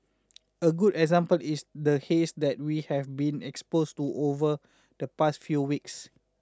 a good example is the haze that we have been exposed to over the past few weeks